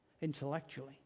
Intellectually